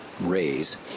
raise